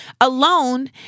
Alone